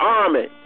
army